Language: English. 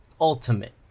ultimate